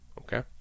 Okay